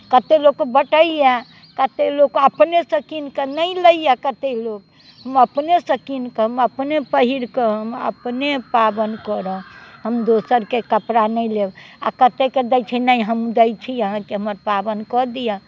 कतेक लोक बटैया कतेक लोक लोक अपनेसे किनकऽ नहि लैया कतेक लोक हम अपनेसँ कीनकऽ हम अपने पहिरकऽ हम अपने पाबनि करब हम दोसरके कपड़ा नहि लेब आ कतेकके दै छै नहि हम दै छी अहाँकेँ हमर पाबन कऽ दिअ